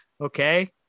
Okay